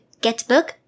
getbook